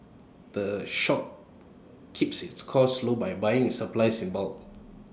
the shop keeps its costs low by buying its supplies in bulk